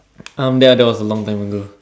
um ya that was a long time ago